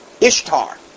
Ishtar